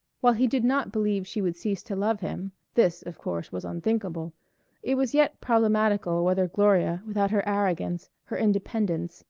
while he did not believe she would cease to love him this, of course, was unthinkable it was yet problematical whether gloria without her arrogance, her independence,